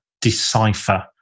decipher